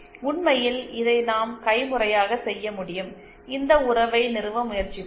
உண்மையில் இதை நாம் கைமுறையாக செய்ய முடியும் இந்த உறவை நிறுவ முயற்சிப்போம்